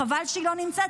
חבל שהיא לא נמצאת,